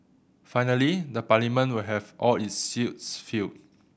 finally the Parliament will have all its seats filled